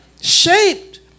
shaped